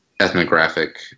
ethnographic